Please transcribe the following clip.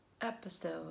episode